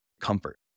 comfort